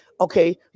Okay